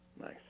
Nice